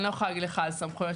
אני יכולה לנסות לבדוק.